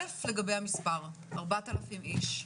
אל"ף, לגבי המספר 4,000 איש.